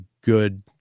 good